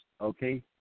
okay